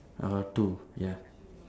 uh two ya